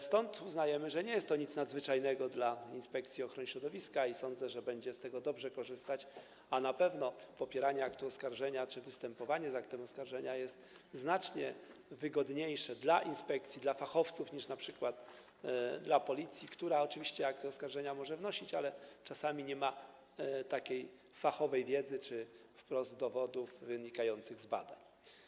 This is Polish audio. Stąd uznajemy, że nie jest to nic nadzwyczajnego dla Inspekcji Ochrony Środowiska, i sądzę, że będzie z tego dobrze korzystać, a na pewno popieranie aktu oskarżenia czy występowanie z aktem oskarżenia jest znacznie wygodniejsze dla inspekcji, dla fachowców niż np. dla Policji, która oczywiście akty oskarżenia może wnosić, ale czasami nie ma takiej fachowej wiedzy czy wprost dowodów wynikających z badań.